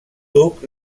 duc